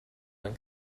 when